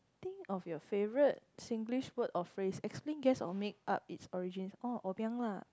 think of your favorite Singlish word or phrase explain guess or make up its origins orh obiang lah